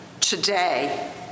today